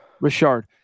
Richard